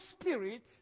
spirit